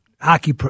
hockey